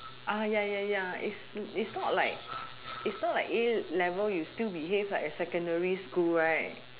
ya ya ya it's it's not like it's not like A level you still behave like a secondary school right